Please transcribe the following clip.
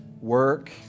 work